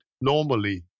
normally